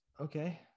Okay